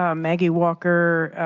ah maggie walker,